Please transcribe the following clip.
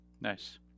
Nice